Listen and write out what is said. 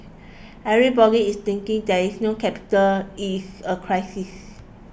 everybody is thinking there is no capital is a crisis